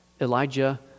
Elijah